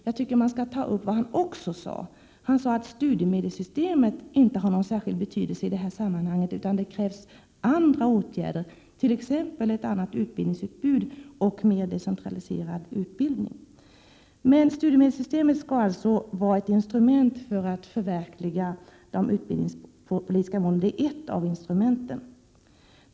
Jag tycker att man skall ta upp det han dessutom sade, att studiemedelssystemet inte har någon särskild betydelse i det här sammanhanget, utan att det krävs andra åtgärder, t.ex. ett annat utbildningsutbud och mer decentraliserad utbildning. Studiemedelssystemet skall alltså vara ett av instrumenten för att förverkliga de utbildningspolitiska målen.